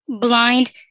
blind